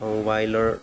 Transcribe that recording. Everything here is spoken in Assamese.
মোবাইলৰ